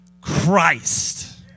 Christ